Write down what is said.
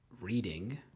reading